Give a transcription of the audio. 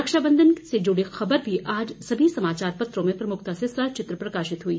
रक्षा बंधन से जुड़ी ख़बर भी आज सभी समाचार पत्रों में प्रमुखता से सचित्र प्रकाशित हुई